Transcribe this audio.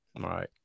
Right